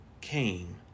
came